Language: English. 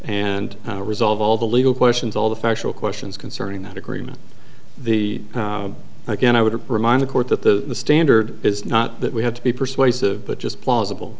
and resolve all the legal questions all the factual questions concerning that agreement the again i would have reminded court that the standard is not that we have to be persuasive but just plausible